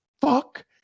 fuck